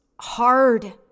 hard